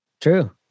True